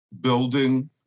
building